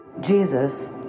Jesus